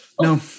No